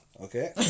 Okay